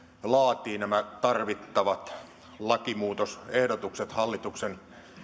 laatii nämä tarvittavat lakimuutosehdotukset hallituksen